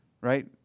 right